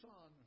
Son